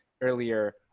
earlier